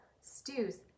stews